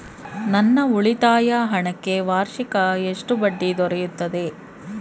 ನನ್ನ ಉಳಿತಾಯ ಹಣಕ್ಕೆ ವಾರ್ಷಿಕ ಎಷ್ಟು ಬಡ್ಡಿ ದೊರೆಯುತ್ತದೆ?